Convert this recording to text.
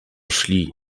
szli